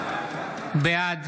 בעד